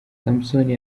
samusoni